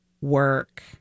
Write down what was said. work